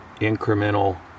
incremental